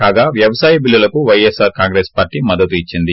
కొగా వ్యవసాయ బిల్లులకు వైఎస్పార్ కాంగ్రెస్ పోర్టీ మద్దతు ఇచ్చింది